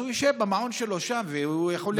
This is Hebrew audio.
אז הוא ישב במעון שלו שם והוא יוכל ללמוד.